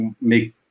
make